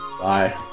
Bye